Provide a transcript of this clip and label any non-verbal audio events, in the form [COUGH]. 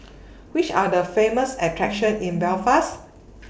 [NOISE] Which Are The Famous attractions in Belfast [NOISE]